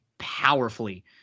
Powerfully